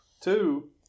Two